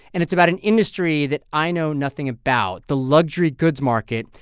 and it's about an industry that i know nothing about the luxury goods market.